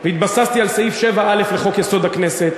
והתבססתי על סעיף 7א לחוק-יסוד: הכנסת,